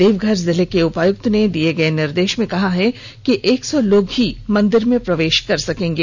देवघर जिले के उपायुक्त ने दिए गए निर्देश में कहा है कि एक सौ लोगों को ही मंदिर में प्रवेश कर सकेंगें